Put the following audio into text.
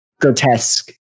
grotesque